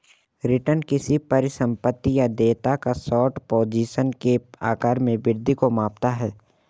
return किसी परिसंपत्ति या देयता या शॉर्ट पोजीशन के आकार में वृद्धि को मापता है